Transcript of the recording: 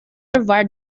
war